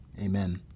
amen